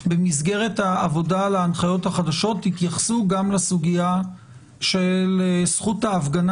במסגרת העבודה על ההנחיות החדשות תתייחסו גם לסוגיה של זכות ההפגנה